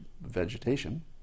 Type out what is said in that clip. vegetation